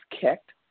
kicked